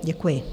Děkuji.